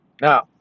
now